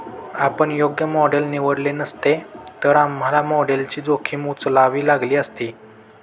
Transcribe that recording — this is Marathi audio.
आपण योग्य मॉडेल निवडले नसते, तर आम्हाला मॉडेलची जोखीम उचलावी लागली असती